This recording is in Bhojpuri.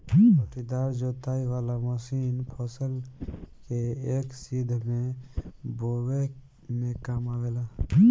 पट्टीदार जोताई वाला मशीन फसल के एक सीध में बोवे में काम आवेला